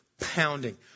pounding